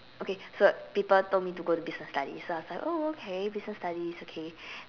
okay so people told me to go to business studies so I was like oh okay business studies okay